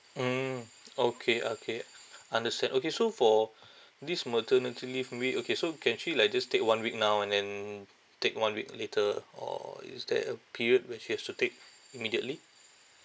mm okay okay understand okay so for this maternity leave maybe okay so can she like just take one week now and then take one week later or is there a period where she has to take immediately